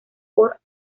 por